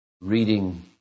reading